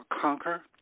conquer